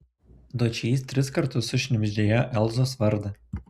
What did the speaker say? dočys tris kartus sušnibždėjo elzos vardą